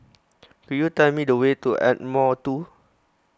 could you tell me the way to Ardmore two